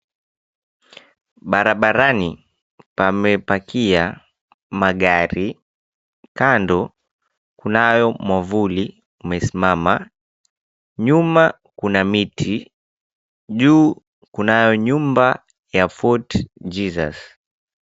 Barabarani, pamepakia magari. Kando, kunayo mwavuli, umesimama. Nyuma, kuna miti. Juu kuna nyumba ya Fort Jesus.